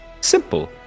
Simple